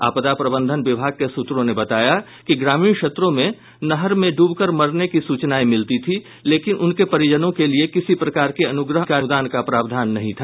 आपदा प्रबंधन विभाग के सुत्रों ने बताया कि ग्रामीण क्षेत्रों में नहर में ड्बकर मरने की सूचनायें मिलती थीं लेकिन उनके परिजनों के लिये किसी प्रकार के अनुग्रह अनुदान का प्रावधान नहीं था